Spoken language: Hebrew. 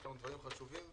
יש לנו דברים חשובים.